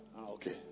Okay